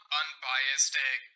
unbiased